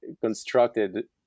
constructed